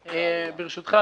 ברשותך,